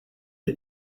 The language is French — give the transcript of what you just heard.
est